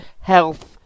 health